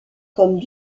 comme